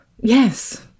Yes